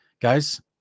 Guys